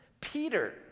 Peter